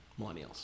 Millennials